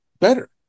better